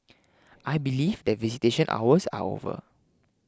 I believe that visitation hours are over